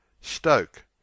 Stoke